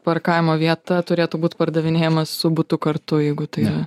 parkavimo vieta turėtų būt pardavinėjama su butu kartu jeigu tai